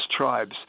tribes